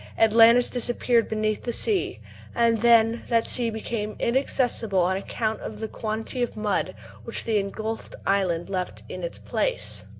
atlantis disappeared beneath the sea and then that sea became inaccessible on account of the quantity of mud which the ingulfed island left in its place.